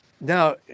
Now